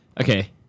Okay